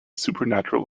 supernatural